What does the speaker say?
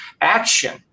action